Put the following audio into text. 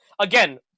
again